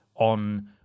on